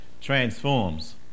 transforms